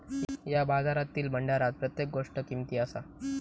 या बाजारातील भांडारात प्रत्येक गोष्ट किमती असा